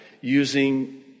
using